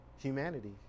humanity